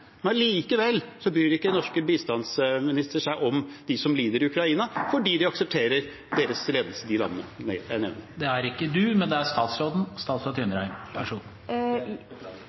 men likevel bryr ikke den norske bistandsministeren seg om dem som lider i Ukraina, fordi man aksepterer ledelsen i de landene jeg nevnte. Det er ikke «du», men